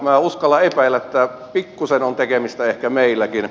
minä uskallan epäillä että pikkusen on tekemistä ehkä meilläkin